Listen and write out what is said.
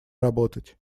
работать